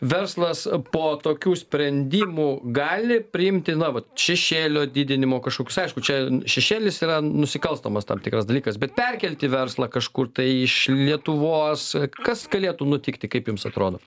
verslas po tokių sprendimų gali priimti na va šešėlio didinimo kažkokius aišku čia šešėlis yra nusikalstamas tam tikras dalykas bet perkelti verslą kažkur tai iš lietuvos kas galėtų nutikti kaip jums atrodo